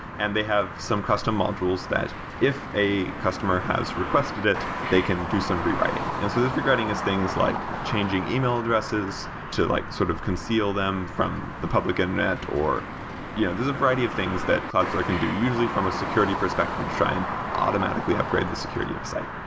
and they have some custom modules that if a customer has requested it, they can do some rewriting. and so this rewriting is things like changing email addresses to like sort of conceal them from the public internet or yeah there's a variety of things that cloudflare can do, usually from a security perspective to try and automatically upgrade the security of a site